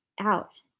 out